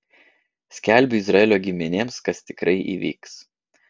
skelbiu izraelio giminėms kas tikrai įvyks